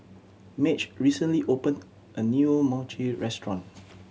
Madge recently opened a new Mochi restaurant